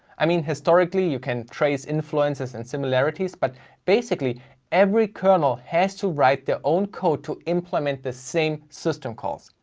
i mean historically you can trace influences and similarities, but basically every kernel has to write their own code to implement the same system calls.